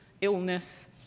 illness